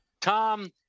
Tom